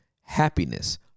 happiness